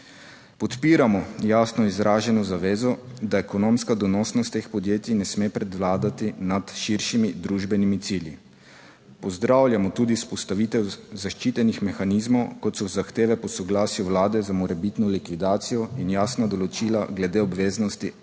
Podpiramo jasno izraženo zavezo, da ekonomska donosnost teh podjetij ne sme 48. TRAK: (TB) - 12.55 (nadaljevanje) prevladati nad širšimi družbenimi cilji. Pozdravljamo tudi vzpostavitev zaščitenih mehanizmov, kot so zahteve po soglasju Vlade za morebitno likvidacijo in jasna določila glede obveznosti